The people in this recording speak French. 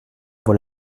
vaut